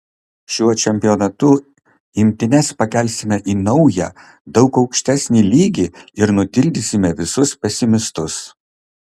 šiuo čempionatu imtynes pakelsime į naują daug aukštesnį lygį ir nutildysime visus pesimistus